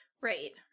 Right